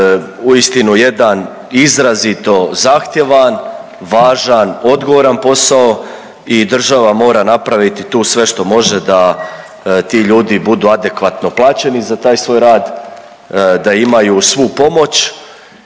uistinu jedan izrazito zahtjeva, važan i odgovoran posao i država mora napraviti tu sve što može da ti ljudi budu adekvatno plaćeni za taj svoj rad, da imaju svu pomoć